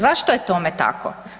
Zašto je tome tako?